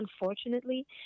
unfortunately